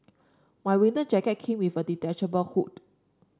my winter jacket came with a detachable hood